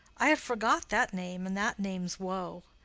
i have forgot that name, and that name's woe.